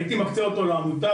הייתי מקצה אותו לעמותה,